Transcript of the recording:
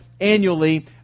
annually